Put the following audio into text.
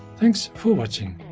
thank you for watching.